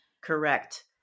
Correct